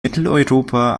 mitteleuropa